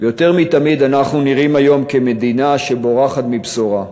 ויותר מתמיד אנחנו נראים כמדינה שבורחת מבשורה.